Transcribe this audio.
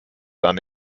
dann